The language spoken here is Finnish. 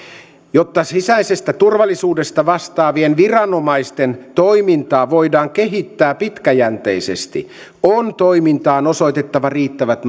jotta sisäisestä turvallisuudesta vastaavien viranomaisten toimintaa voidaan kehittää pitkäjänteisesti on toimintaan osoitettava riittävät